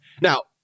Now